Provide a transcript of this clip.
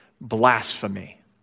blasphemy